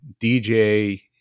DJ